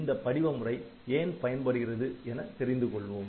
இந்த படிவ முறை ஏன் பயன்படுகிறது என தெரிந்து கொள்வோம்